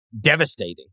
devastating